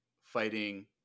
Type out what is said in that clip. fighting